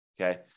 Okay